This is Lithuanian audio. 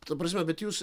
ta prasme bet jūs